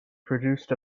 produced